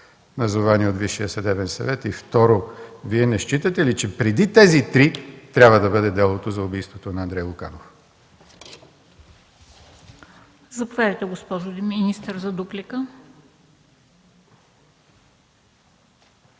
назовани от Висшия съдебен съвет? Второ, Вие не считате ли, че преди тези три трябва да бъде делото за убийството на Андрей Луканов?